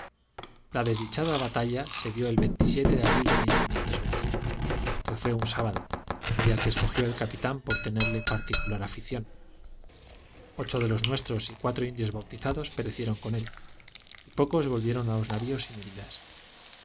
la desdichada batalla se dio el de abril de que fué un sábado día que escogió el capitán por tenerle particular afición ocho de los nuestros y cuatro indios bautizados perecieron con él y pocos volvieron a los navios sin heridas